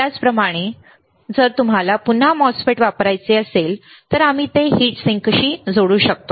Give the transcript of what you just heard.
त्याचप्रमाणे परंतु जर तुम्हाला पुन्हा MOSFET वापरायचे असेल तर आम्ही ते हीट सिंकशी जोडू शकतो